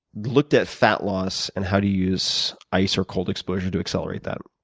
looked at fat loss and how to use ice or cold exposure to accelerate that.